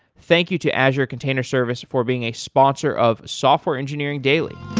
thank you to azure container service for being a sponsor of software engineering daily.